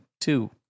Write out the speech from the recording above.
two